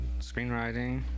screenwriting